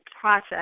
process